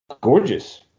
gorgeous